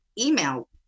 email